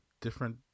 different